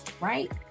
right